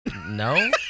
No